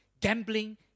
gambling